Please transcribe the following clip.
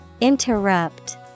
Interrupt